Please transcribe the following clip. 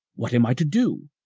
what am i to do?